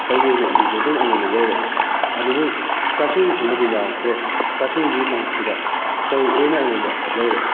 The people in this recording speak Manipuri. ꯇꯧꯈꯤꯕꯅꯤ ꯑꯗꯨꯁꯨ ꯑꯗꯨꯝ ꯑꯩꯉꯣꯟꯗ ꯌꯧꯔꯛꯑꯦ ꯑꯗꯨꯕꯨ ꯆꯥꯁꯨꯕꯤꯁꯤꯃꯗꯤ ꯌꯥꯎꯔꯛꯇ꯭ꯔꯦ ꯆꯥꯁꯨꯕꯤꯒꯤ ꯃꯍꯨꯠꯁꯤꯗ ꯆꯧ ꯑꯣꯏꯅ ꯑꯩꯉꯣꯟꯗ ꯌꯧꯔꯛꯑꯦ